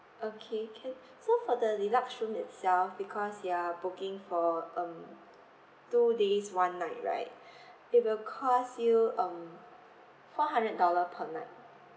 okay can so for the deluxe room itself because you are booking for um two days one night right it will cost you um four hundred dollar per night